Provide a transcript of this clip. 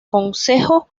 consejo